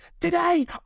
today